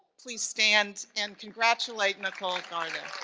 please stand and congratulate nicole gharda.